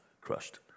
crushed